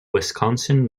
wisconsin